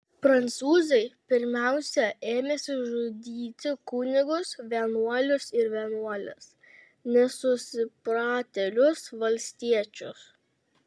prancūzai pirmiausia ėmėsi žudyti kunigus vienuolius ir vienuoles nesusipratėlius valstiečius